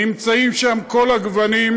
נמצאים שם כל הגוונים,